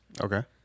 Okay